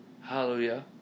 hallelujah